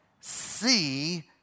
see